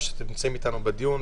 שאתם נמצאים איתנו בדיון,